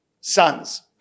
Sons